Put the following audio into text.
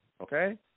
okay